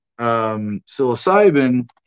psilocybin